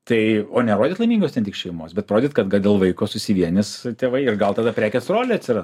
tai o nerodyt laimingos ten tik šeimos bet parodyt kad ga dėl vaiko susivienys tėvai ir gal tada prekės rolė atsiras